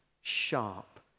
sharp